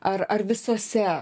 ar ar visose